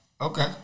Okay